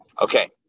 Okay